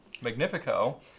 Magnifico